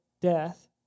death